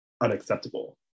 unacceptable